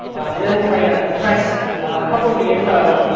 and then we'll try to compress a couple of the intro